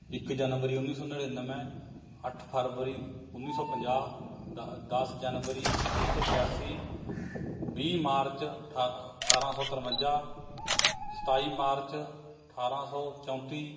ਇੱਕ ਜਨਵਰੀ ਉੱਨੀ ਸੌ ਨੜਿਨਵੇਂ ਅੱਠ ਫਰਵਰੀ ਉੱਨੀ ਸੌ ਪੰਜਾਹ ਦਹ ਦਸ ਜਨਵਰੀ ਉੱਨੀ ਸੌ ਇਕਿਆਸੀ ਵੀਹ ਮਾਰਚ ਠਾ ਅਠਾਰ੍ਹਾਂ ਸੌ ਤਰਵੰਜਾ ਸਤਾਈ ਮਾਰਚ ਅਠਾਰ੍ਹਾਂ ਸੌ ਚੌਂਤੀ